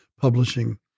Publishing